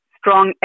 strong